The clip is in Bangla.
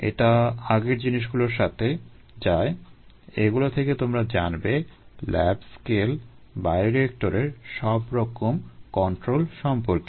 এটা আগের জিনিসগুলোর সাথে যায় এগুলো থেকে তোমরা জানবে ল্যাব স্কেল বায়োরিয়েক্টরের সব রকম কন্ট্রোল সম্পর্কে